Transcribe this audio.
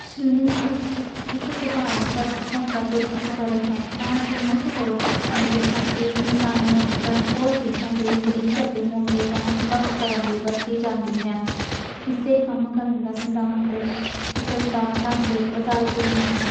چھلنی وِچ اک سادارن پر سبھ توں پُرا اُپکرن ہے۔ تاں جو مُکھ طور تے آٹے، مصالحیاں جاں ہور چیزاں دے باریک کنّے موٹے کنّاں والوں وکھ کرن لئی ورتی جان دی ہے۔ اس دے کم کرن دا سدھان چھِدرّاں دے آکار تے آدھارت ہوندا ہے۔